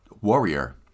warrior